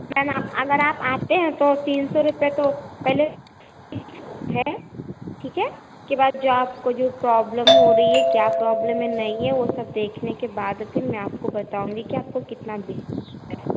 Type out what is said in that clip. ma'am आप अगर आप आते हैं तो तीन सौ रुपये तो पहले है ठीक है उसके बाद जो आपको जो प्रॉबलम हो रही है क्या प्रॉब्लम है नहीं है वह सब देखने के बाद फिर मैं आपको बताऊँगी कि आपको कितना बिल